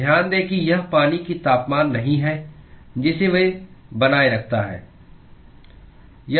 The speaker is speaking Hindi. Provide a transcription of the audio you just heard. तो ध्यान दें कि यह पानी का तापमान नहीं है जिसे वह बनाए रखता है